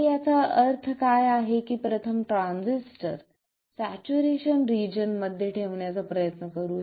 तर याचा अर्थ काय आहे की प्रथम ट्रांझिस्टर सॅच्युरेशन रिजन मध्ये ठेवण्याचा प्रयत्न करू